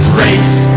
race